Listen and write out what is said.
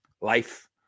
life